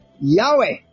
Yahweh